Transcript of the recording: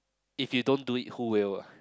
if you don't do it who will ah